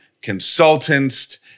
consultants